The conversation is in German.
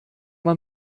man